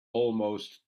almost